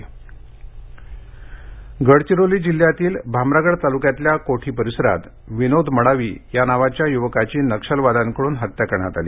युवक हत्या गडचिरोली जिल्ह्यातील भामरागड तालूक्यातील कोठी परिसरात विनोद मडावी नावाच्या युवकाची नक्षलवाद्यांकडून हत्या करण्यात आली